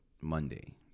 Monday